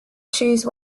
choose